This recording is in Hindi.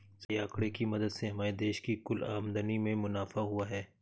सिंचाई आंकड़े की मदद से हमारे देश की कुल आमदनी में मुनाफा हुआ है